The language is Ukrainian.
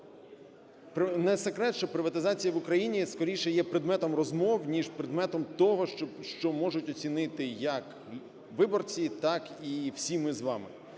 Не секрет, що приватизація в Україні скоріше є предметом розмов, ніж предметом того, що можуть оцінити як виборці, так і всі ми з вами.